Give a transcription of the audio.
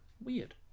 Weird